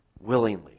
willingly